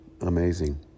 amazing